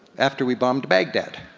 after we bombed baghdad.